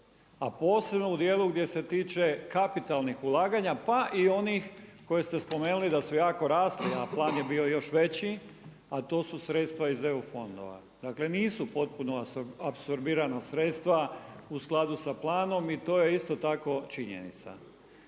a posebno u dijelu gdje se tiče kapitalnih ulaganja pa i onih koje ste spomenuli da su jako rasli a plan je bio još veći a to su sredstva iz EU fondova. Dakle nisu potpuno apsorbirana sredstva u skladu sa planom i to je isto tako činjenica.